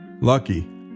Lucky